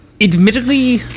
Admittedly